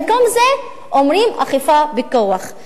במקום זה אומרים: אכיפה בכוח.